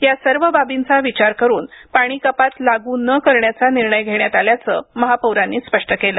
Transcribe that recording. या सर्व बाबींचा विचार करून पाणी कपात लाग्र न करण्याचा निर्णय घेण्यात आल्याचं महापौरांनी स्पष्ट केलं